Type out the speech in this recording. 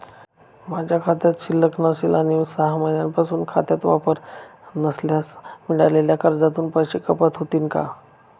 माझ्या खात्यात शिल्लक नसेल आणि सहा महिन्यांपासून खात्याचा वापर झाला नसल्यास मिळालेल्या कर्जातून पैसे कपात होतील का?